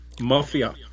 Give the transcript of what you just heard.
Mafia